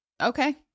okay